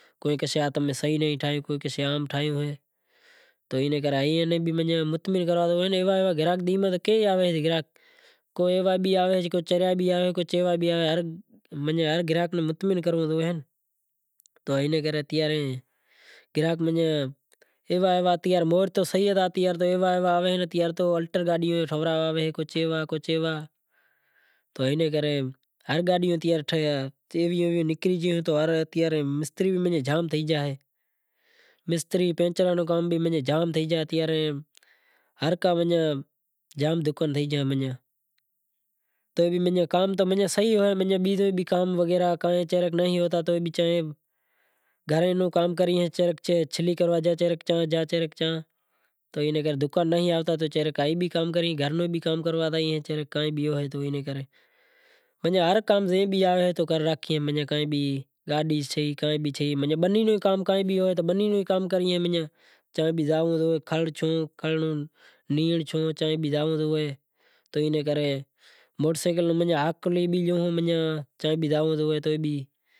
تو ہیک صحیح ٹھایو تو اینے بھی مطعمن کراں ایوا ایوا گراہک تو ڈینہں میں تو کئی آویں کو ایوا بھی آویں کو چریا بھی آویں تو چیوا بھی آویں۔ ائیں ایوا ایوا گراہک آویں کو الٹر گاڈی بھی ٹھراو آویں چیوا کو چیوا تو اینے کرے ہر گاڈی ٹھاوی پڑے، گاڈیوں بھی زام تھے گیوں تو مستری بھی زام تھے گیا۔ ہر کا ماناں جام دکان تھے گیا کام تو صحیح تھے گیا گھرے بھی کام کریاں چے رے کہ چاں جاں چے رے کہ چاں جاں تو دکاں نہیں ہالتا تو گھر رہ بھی کام کرنڑ جاں، ماناں ہر کام جے بھی ہوئے او کرے راکھاں، بنی رو کام کائیں بھی ہوئے کام کریئے چاں بھی زائوں سوں موٹر سینکل ماناں ہاکلے بھی گیو ہوں۔